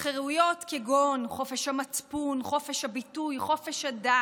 חירויות כגון חופש המצפון, חופש הביטוי, חופש הדת,